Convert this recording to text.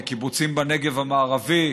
מקיבוצים בנגב המערבי.